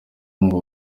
ngo